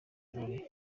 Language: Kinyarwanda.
birori